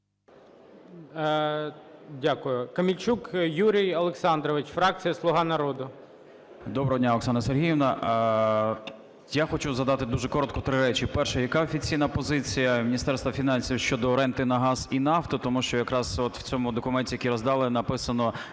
Дякую. Камельчук Юрій Олександрович, фракція "Слуга народу". 10:50:55 КАМЕЛЬЧУК Ю.О. Доброго дня, Оксана Сергіївна! Я хочу задати дуже коротко три речі. Перша. Яка офіційна позиція Міністерства фінансів щодо ренти на газ і нафту? Тому що якраз от в цьому документі, який роздали, написано